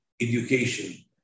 Education